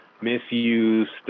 misused